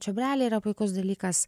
čiobreliai yra puikus dalykas